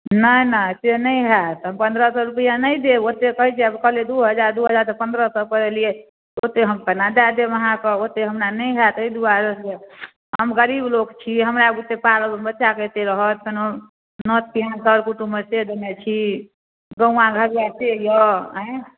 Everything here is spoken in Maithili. नहि नहि से नहि होयत पन्द्रह सए रुपआ नहि देब ओतेक कहैत छियै कहलियै दू हजार दू हजार सँ पन्द्रह सए पर एलियै ओतेक हम केना दए देब अहाँकेँ ओतऽ हमरा नहि होयत एहि दुआरे जे हम गरीब लोक छी हमरा बुते पार बच्चाके एतेक रहत तहन नोत पिहान सर कुटुममे से देने छी गौआँ घरुआ से यऽ आँइ